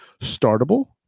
startable